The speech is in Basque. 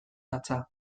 datza